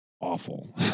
Awful